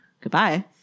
Goodbye